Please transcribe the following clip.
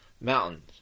mountains